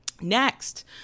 Next